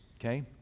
Okay